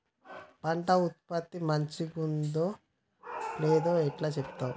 పంట ఉత్పత్తి మంచిగుందో లేదో ఎట్లా చెప్తవ్?